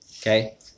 Okay